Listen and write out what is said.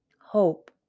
Hope